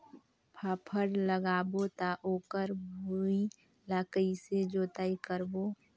फाफण लगाबो ता ओकर भुईं ला कइसे जोताई करबो?